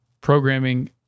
programming